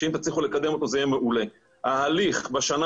שאם תצליחו לקדם אותו זה יהיה מעולה,